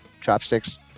chopsticks